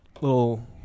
little